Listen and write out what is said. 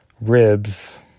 ribs